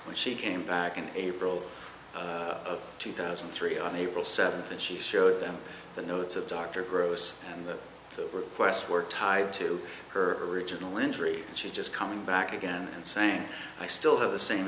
when she came back in april of two thousand and three on april seventh and she showed them the notes of dr gross and the requests were tied to her original injury and she just coming back again and same i still have the same